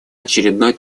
очередной